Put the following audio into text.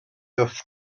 wrth